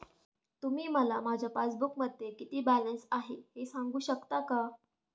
तुम्ही मला माझ्या पासबूकमध्ये किती बॅलन्स आहे हे सांगू शकता का?